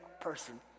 person